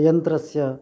यन्त्रस्य